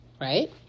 right